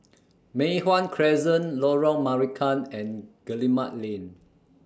Mei Hwan Crescent Lorong Marican and Guillemard Lane